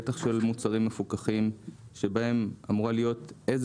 בטח של מוצרים מפוקחים שבהם אמורה להיות איזה